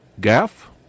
Gaff